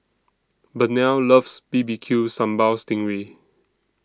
Burnell loves B B Q Sambal Sting Ray